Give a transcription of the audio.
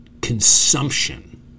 consumption